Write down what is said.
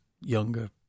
younger